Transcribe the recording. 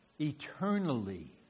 eternally